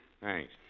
Thanks